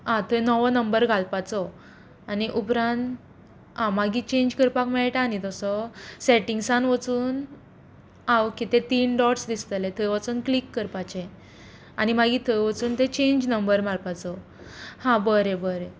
आं थंय नवो नंबर घालपाचो आनी उपरांत आं मागीर चॅंज करपाक मेळटा न्ही तसो सॅटिंगसान वचून आं ओके ते तीन डॉट्स दिसतले थंय वचून क्लिक करपाचें आनी मागीर थंय वचून तें चॅंज नंबर मारपाचो हां बरें बरें